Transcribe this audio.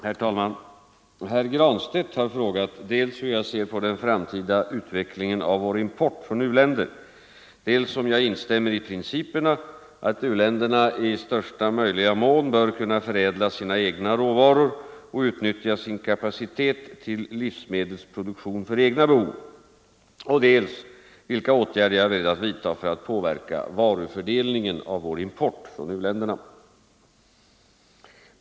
Herr talman! Herr Granstedt har frågat dels hur jag ser på den framtida utvecklingen av vår import från u-länder, dels om jag instämmer i principerna att u-länderna i största möjliga mån bör kunna förädla sina egna råvaror och utnyttja sin kapacitet till livsmedelsproduktion för egna behov och dels vilka åtgärder jag är beredd att vidta för att påverka varufördelningen av vår import från u-länderna.